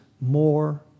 more